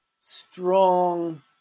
strong